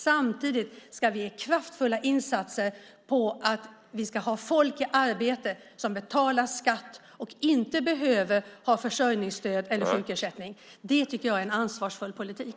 Samtidigt ska vi göra kraftfulla insatser för att ha folk i arbete, folk som betalar skatt och inte behöver försörjningsstöd eller sjukersättning. Det tycker jag är en ansvarsfull politik.